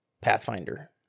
Pathfinder